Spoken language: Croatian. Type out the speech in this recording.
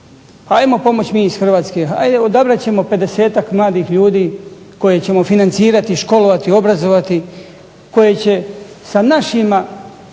hajmo pomoći mi iz Hrvatske, odabrat ćemo pedesetak mladih ljudi koje ćemo financirati, školovati, obrazovati koji će sa našima